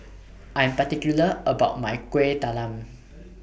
I Am particular about My Kuih Talam